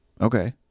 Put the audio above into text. Okay